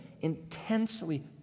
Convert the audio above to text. intensely